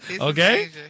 Okay